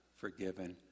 forgiven